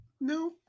no